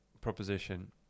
proposition